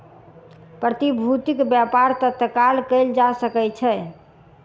प्रतिभूतिक व्यापार तत्काल कएल जा सकै छै